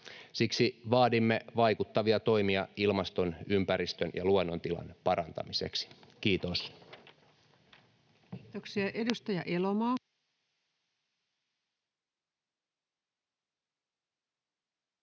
Siksi vaadimme vaikuttavia toimia ilmaston, ympäristön ja luonnon tilan parantamiseksi. — Kiitos. Kiitoksia. — Edustaja Elomaa.